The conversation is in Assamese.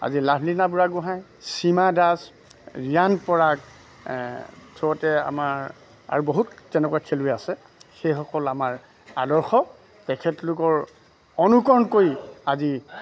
আজি লাভলীনা বুঢ়াগোহাঁই হিমা দাস ৰিয়ান পৰাগ আমাৰ আৰু বহুত তেনেকুৱা খেলুৱৈ আছে সেইসকল আমাৰ আদৰ্শ তেখেতলোকৰ অনুকৰণ কৰি আজি